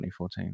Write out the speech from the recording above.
2014